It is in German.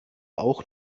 auch